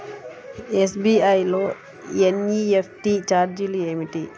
SBI లో NEFT ఛార్జీలు ఏమిటి?